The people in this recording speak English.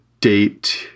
date